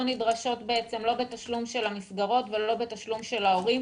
נדרשות לא בתשלום של המסגרות ולא בתשלום של ההורים,